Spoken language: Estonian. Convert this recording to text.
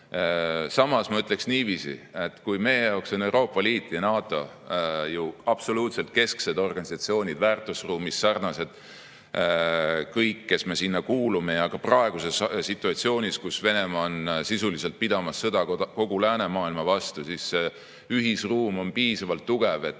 Samas ma ütleksin niiviisi, et meie jaoks on Euroopa Liit ja NATO kesksed organisatsioonid. Väärtusruumis oleme sarnased kõik, kes me sinna kuulume, ja praeguses situatsioonis, kus Venemaa peab sisuliselt sõda kogu läänemaailma vastu, on see ühisruum on piisavalt tugev, et